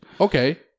Okay